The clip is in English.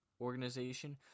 organization